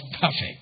perfect